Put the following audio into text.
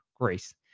Grace